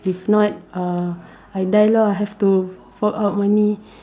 if not ah I die lah I have to fork out money